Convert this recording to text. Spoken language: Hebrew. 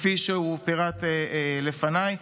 כפי שפירט לפניי.